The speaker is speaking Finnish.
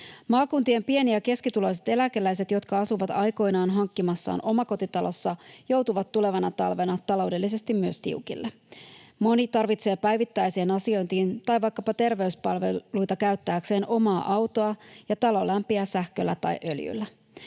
Maakuntien pieni- ja keskituloiset eläkeläiset, jotka asuvat aikoinaan hankkimassaan omakotitalossa, joutuvat tulevana talvena taloudellisesti myös tiukille. Moni tarvitsee päivittäiseen asiointiin tai vaikkapa terveyspalveluita käyttääkseen omaa autoa, ja talo lämpiää sähköllä tai öljyllä.